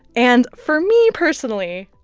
and for me personally,